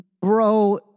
Bro